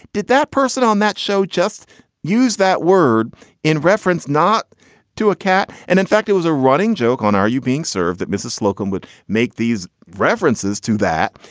did that person on that show just use that word in reference, not to a cat? and in fact, it was a running joke on are you being served that mrs. slocombe would make these references to that.